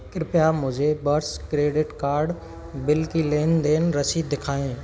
कृपया मुझे वर्ष क्रेडिट कार्ड बिल की लेनदेन रसीद दिखाएँ